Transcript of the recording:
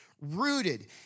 Rooted